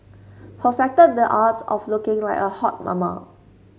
perfected the art of looking like a hot mama